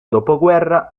dopoguerra